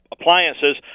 appliances